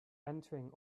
entering